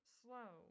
slow